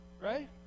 Right